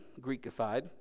greekified